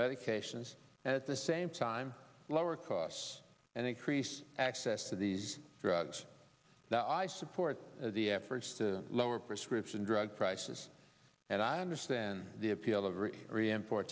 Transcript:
medications at the same time lower costs and increase access to these drugs that i support the efforts to lower prescription drug prices i understand the appeal of rei